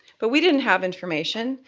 but we didn't have information.